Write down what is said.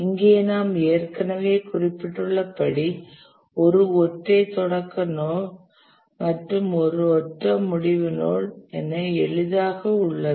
இங்கே நாம் ஏற்கனவே குறிப்பிட்டுள்ளபடி ஒரு ஒற்றை தொடக்க மற்றும் ஒற்றை முடிவு நோட் என எளிதாக உள்ளது